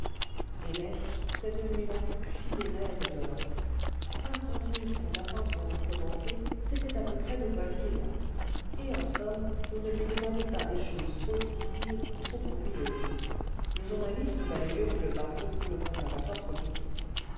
hélène cette nuit-là fit des rêves d'or cinquante mille francs d'appointements pour commencer c'était à peu près de quoi vivre et en somme on ne lui demandait pas des choses trop difficiles ou trop ennuyeuses le journalisme valait mieux que le barreau ou le conservatoire politique